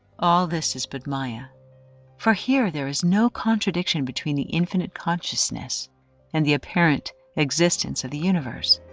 all this is but maya for here there is no contradiction between the infinite consciousness and the apparent existence of the universe.